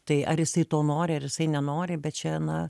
tai ar jisai to nori ar jisai nenori bet čia na